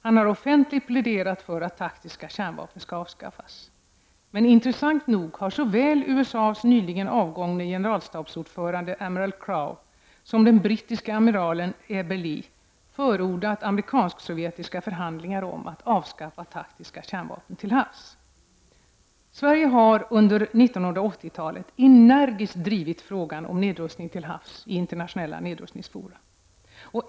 Han har offentligt pläderat för att taktiska kärnvapen skall avskaffas. Men intressant nog har såväl USA:s nyligen avgångne generalstabsordförande, amiral Crowe, som den brittiske amiralen Eberle förordat amerikansk-sovjetiska förhandlingar om att avskaffa taktiska kärnvapen till havs. Sverige har under 1980-talet energiskt drivit frågan om nedrustning till havs i internationella nedrustningsfora.